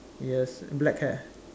yes black hair